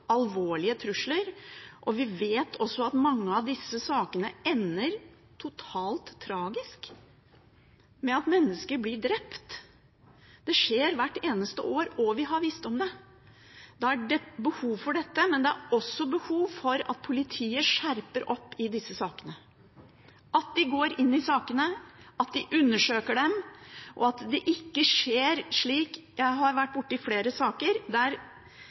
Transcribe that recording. alvorlige trusler, og at mange av disse sakene ender totalt tragisk med at mennesker blir drept, det skjer hvert eneste år, og vi har visst om det, da er det behov for dette. Men det er også behov for at politiet skjerper seg i disse sakene, at de går inn i sakene, at de undersøker dem, og at det ikke skjer – jeg har vært borti flere saker